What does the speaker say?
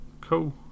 Cool